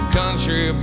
country